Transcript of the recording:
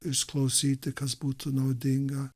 išklausyti kas būtų naudinga